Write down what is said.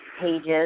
pages